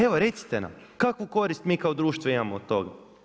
Evo recite nam, kakvu korist mi kao društvo imamo od toga?